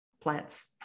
plants